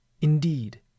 Indeed